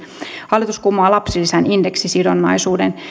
hallitus kumoaa lapsilisän indeksisidonnaisuuden